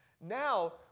Now